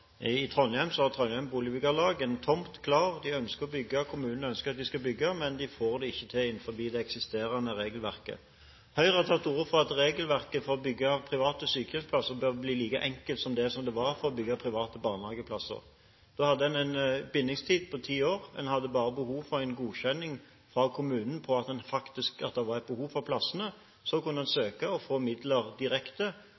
I Trondheim har Trondheim og Omegn Boligbyggelag en tomt klar. De ønsker å bygge, og kommunen ønsker at de skal bygge, men de får det ikke til med det eksisterende regelverket. Høyre har tatt til orde for at regelverket for å bygge private sykehjemsplasser bør bli like enkelt som det som det var for å bygge private barnehageplasser. Da hadde man en bindingstid på ti år. Man hadde bare behov for en godkjenning fra kommunen på at det faktisk var et behov for plassene. Så kunne